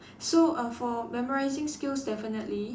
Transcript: so uh for memorising skills definitely